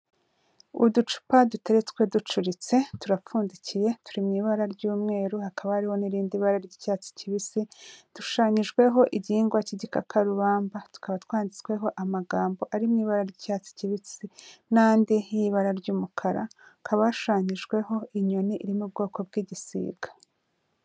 Uducupa duteretswe ducuritse, turapfundikiye, turi mu ibara ry'umweru, hakaba hariho n'irindi bara ry'icyatsi kibisi, dushushanyijweho igihingwa cy'igikakarubamba tukaba twanditsweho amagambo ari mu ibara ry'icyatsi kibisi, n'andi y'ibara ry'umukara, hakaba hashushanyijweho inyoni iri mu bwoko bw'igisiga.